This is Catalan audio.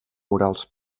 murals